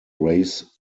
raise